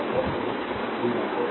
तो यह 2 v0 होगा